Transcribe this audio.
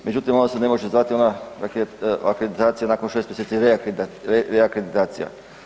Međutim, ona se ne može zvati ona dakle akreditacija nakon 6 mjeseci reakreditacija.